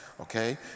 okay